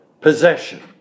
possession